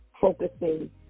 focusing